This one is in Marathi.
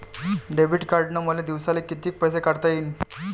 डेबिट कार्डनं मले दिवसाले कितीक पैसे काढता येईन?